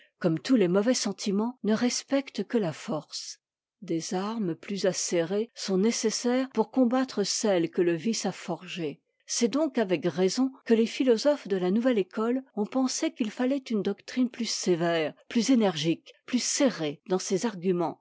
comme tous les mauvais sentiments ne respectent que la force des armes plus acérées sont nécessaires pour combattre celles que le vice a forgées c'est donc avec raison que les philosophes de la nouve e éeote ont pensé qu'il fallait une doctrine plus sévère plus énergique plus serrée dans ses arguments